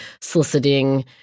soliciting